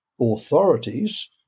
authorities